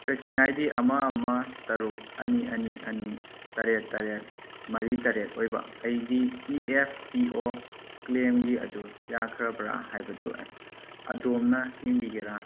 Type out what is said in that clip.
trekking I D ꯑꯃ ꯑꯃ ꯇꯥꯔꯨꯛ ꯑꯅꯤ ꯑꯅꯤ ꯑꯅꯤ ꯇꯔꯦꯠ ꯇꯔꯦꯠ ꯃꯔꯤ ꯇꯔꯦꯠ ꯑꯣꯏꯕ ꯑꯩꯒꯤ ꯏ ꯑꯦꯐ ꯄꯤ ꯑꯣ ꯀ꯭ꯂꯦꯝꯒꯤ ꯑꯗꯨ ꯌꯥꯈ꯭ꯔꯕ꯭ꯔꯥ ꯍꯥꯏꯕꯗꯨ ꯑꯗꯣꯝꯅ ꯌꯦꯡꯕꯤꯒꯦꯔ